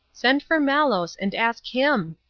send for malos, and ask him.